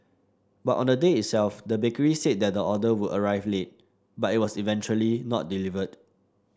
but on the day itself the bakery said that the order would arrive late but it was eventually not delivered